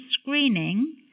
screening